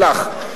הלך.